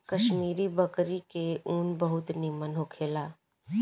कश्मीरी बकरी के ऊन बहुत निमन होखेला